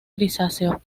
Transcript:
grisáceo